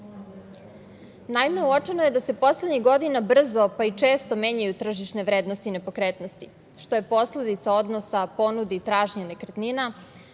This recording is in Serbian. uočeno je da se poslednjih godina brzo, pa i često menjaju tržišne vrednosti nepokretnosti, što je posledica odnosa ponude i tražnje nekretnina,